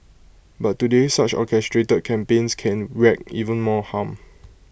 but today such orchestrated campaigns can wreak even more harm